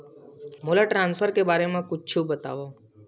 मोला ट्रान्सफर के बारे मा कुछु बतावव?